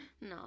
No